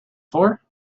for